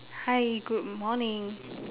hi good morning